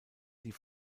die